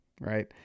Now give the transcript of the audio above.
right